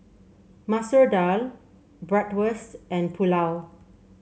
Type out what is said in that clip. Masoor Dal Bratwurst and Pulao